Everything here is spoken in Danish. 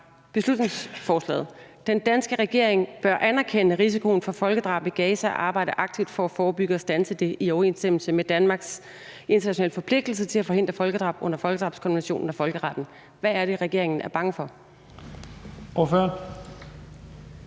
beslutningsforslaget: »Den danske regering bør anerkende risikoen for folkedrab i Gaza og arbejde aktivt for at forebygge og standse det i overensstemmelse med Danmarks internationale forpligtelse til at forhindre folkedrab under folkedrabskonventionen og folkeretten«. Hvad er det, regeringen er bange for? Kl.